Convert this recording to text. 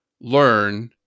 learn